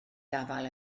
gafael